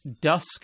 Dusk